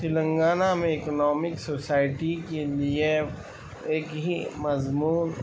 تلنگانہ میں economic society کے لیے ایک ہی مضمون